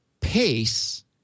pace